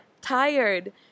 tired